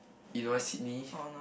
you know why Sydney